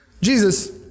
Jesus